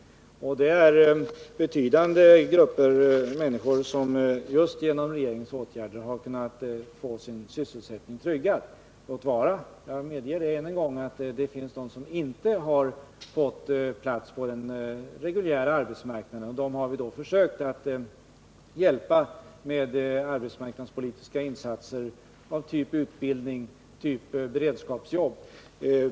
Det är betydande grupper av människor som just genom regeringens åtgärder har kunnat få sin sysselsättning tryggad, låt vara — jag medger det än en gång — att det också finns många som inte har fått plats på den reguljära arbetsmarknaden. Dem har vi då försökt hjälpa med arbetsmarknadspolitiska insatser av typen utbildning och beredskapsjobb.